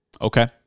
Okay